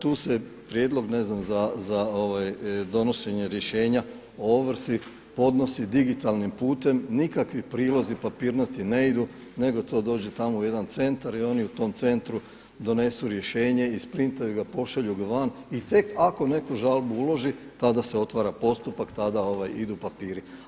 Tu se prijedlog ne znam za donošenje rješenja o ovrsi podnosi digitalnim putem, nikakvi prilozi papirnati ne idu nego to dođe tamo u jedan centar i oni u tom centru donesu rješenje, isprintaju ga, pošalju ga van i tek ako neko žalbu uloži tada se otvara postupak, tada idu papiri.